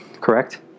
Correct